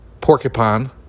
porcupine